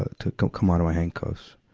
ah to come out of my handcuffs.